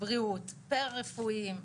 בריאות פרה רפואיים,